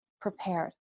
prepared